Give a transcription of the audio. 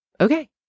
okay